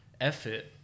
effort